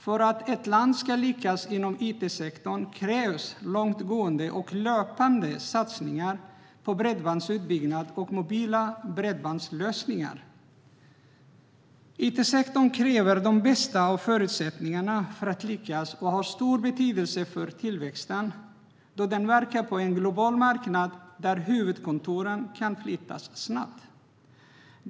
För att ett land ska lyckas inom it-sektorn krävs långtgående och löpande satsningar på bredbandsutbyggnad och mobila bredbandslösningar. It-sektorn kräver de bästa av förutsättningar för att lyckas och har stor betydelse för tillväxten, då den verkar på en global marknad där huvudkontoren kan flyttas snabbt.